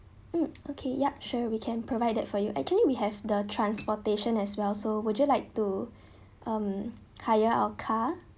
mm okay yup sure we can provide that for you actually we have the transportation as well so would you like to um hire a car